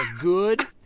good